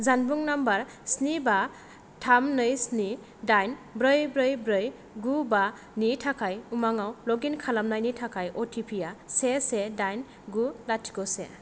जानबुं नम्बर स्नि बा थाम नै स्नि दाइन ब्रै ब्रै ब्रै गु बानि थाखाय उमांगआव लगइन खालामनायनि थाखाय अ टि पि आ से से दाइन गु लाथिख' से